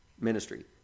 ministry